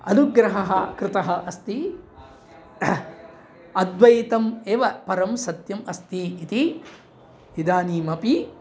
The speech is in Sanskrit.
अनुग्रहः कृतः अस्ति अद्वैतम् एव परं सत्यम् अस्ति इति इदानीमपि